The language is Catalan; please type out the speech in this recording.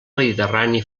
mediterrani